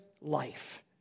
life